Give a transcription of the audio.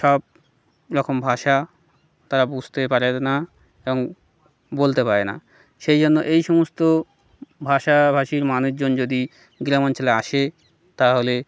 সব রকম ভাষা তারা বুঝতে পারে না এবং বলতে পারে না সেই জন্য এই সমস্ত ভাষাভাষীর মানুষজন যদি গ্রামাঞ্চলে আসে তাহলে